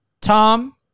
Tom